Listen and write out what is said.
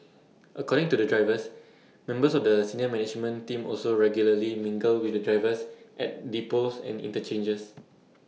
according to the drivers members of the senior management team also regularly mingle with the drivers at depots and interchanges